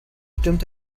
stürmt